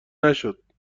نشد